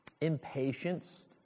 Impatience